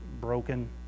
broken